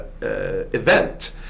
event